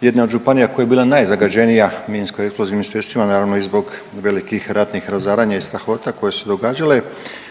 jedne od županija koja je bila najzagađenija minsko-eksplozivnim sredstvima naravno i zbog velikih ratnih razaranja i strahota koje su se događale.